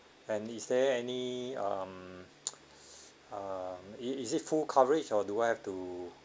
and is there any um uh it is it full coverage or do I have to